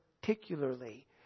particularly